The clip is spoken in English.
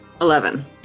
Eleven